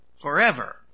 forever